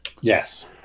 Yes